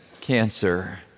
cancer